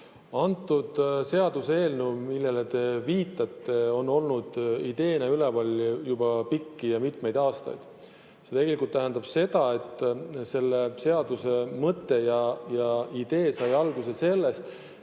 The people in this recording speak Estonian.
See seaduseelnõu, millele te viitate, on olnud ideena üleval juba pikki ja mitmeid aastaid. See tegelikult tähendab seda, et selle seaduse mõte ja idee sai alguse sellest,